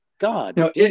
God